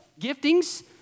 giftings